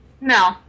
No